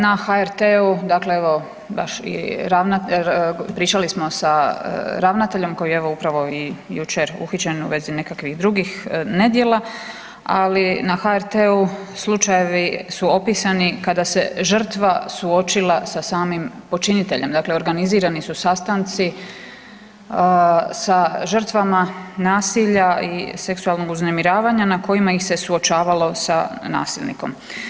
Na HRT-u dakle evo baš pričali smo sa ravnateljem koji je evo upravo i jučer uhićen u vezi nekakvih drugih nedjela, ali na HRT-u slučajevi su opisani kada se žrtva suočila sa samim počiniteljem, dakle organizirani su sastanci sa žrtvama nasilja i seksualnog uznemiravanja na kojima ih se suočavalo sa nasilnikom.